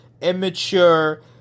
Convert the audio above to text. immature